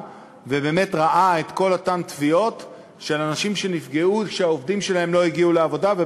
יש הקרנות הוותיקות של אנשים שהתחילו לעבוד לפני ינואר 1995,